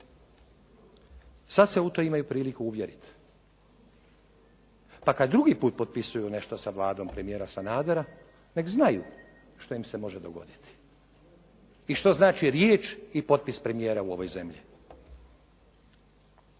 Sad se u to imaju prilike uvjeriti. Pa kad drugi put potpisuju nešto sa Vladom premijera Sanadera nek znaju što im se može dogoditi i što znači riječ i potpis premijera u ovoj zemlji.